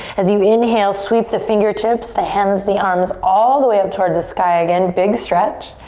as you inhale, sweep the fingertips, the hands, the arms all the way up towards the sky. again, big stretch.